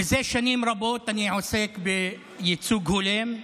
זה שנים רבות אני עוסק בייצוג הולם,